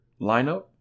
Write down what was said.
lineup